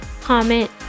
comment